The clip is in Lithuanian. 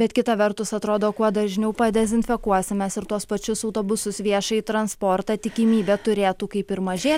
bet kita vertus atrodo kuo dažniau padezinfekuosi mes ir tuos pačius autobusus viešąjį transportą tikimybė turėtų kaip ir mažė